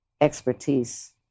expertise